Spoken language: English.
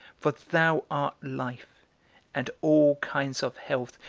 for thou art life and all kinds of health,